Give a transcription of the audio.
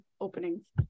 openings